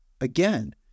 Again